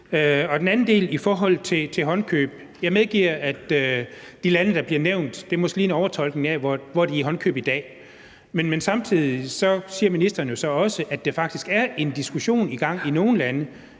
til den anden del om håndkøb medgiver jeg, at det med hensyn til de lande, der bliver nævnt, måske er en overtolkning af, hvor de er i håndkøb i dag. Men samtidig siger ministeren også, at der faktisk er en diskussion i gang i nogle lande